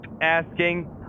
asking